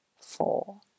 four